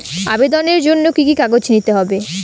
আবেদনের জন্য কি কি কাগজ নিতে হবে?